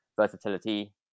versatility